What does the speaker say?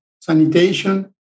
sanitation